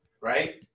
right